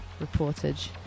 reportage